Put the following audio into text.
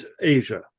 Asia